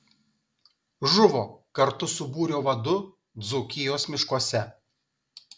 žuvo kartu su būrio vadu dzūkijos miškuose